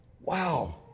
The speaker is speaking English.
Wow